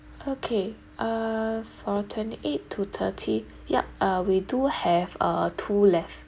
okay uh for twenty eight to thirty yup uh we do have uh two left